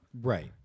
Right